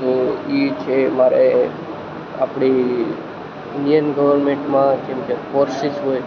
તો ઈ છે મારે આપણી ઈન્ડીયન ગવર્મેન્ટમાં જેમકે ફોર્સીસ હોય